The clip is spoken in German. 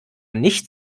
nicht